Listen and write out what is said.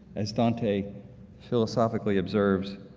as dante philosophically observes,